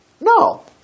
No